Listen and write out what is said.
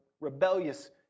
rebellious